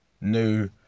New